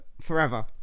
forever